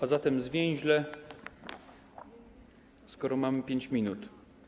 A zatem zwięźle, skoro mam 5 minut.